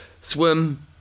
swim